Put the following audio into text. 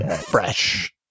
fresh